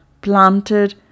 planted